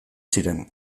ziren